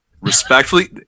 Respectfully